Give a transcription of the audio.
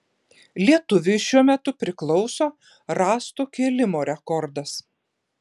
lietuviui šiuo metu priklauso rąsto kėlimo rekordas